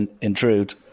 intrude